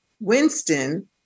Winston